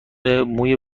موی